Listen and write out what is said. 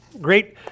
great